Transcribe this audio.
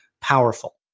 powerful